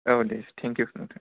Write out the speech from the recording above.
औ दे थें इउ नोंथां